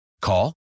Call